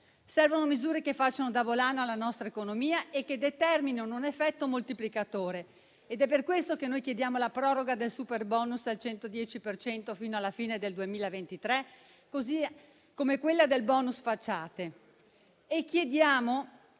Servono misure che facciano da volano alla nostra economia e determinino un effetto moltiplicatore. È per questo che chiediamo la proroga del superbonus al 110 per cento fino alla fine del 2023, come quella del *bonus* facciate.